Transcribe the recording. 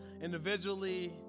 individually